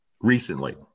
Recently